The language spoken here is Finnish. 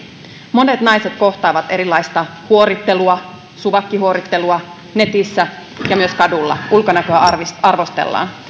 monet naiset kohtaavat erilaista huorittelua kuten suvakkihuorittelua netissä ja myös kadulla ulkonäköä arvostellaan